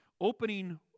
opening